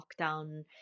lockdown